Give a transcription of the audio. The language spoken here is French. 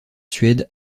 suède